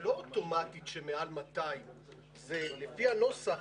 זה לא אוטומטית מעל 200. לפי הנוסח,